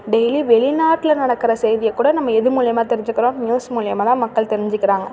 daily வெளிநாட்டில் நடக்கிற செய்தியை கூட நம்ம எது மூலிமா தெரிஞ்சுக்கிறோம் நியூஸ் மூலிமாதான் மக்கள் தெரிஞ்சுக்கிறாங்க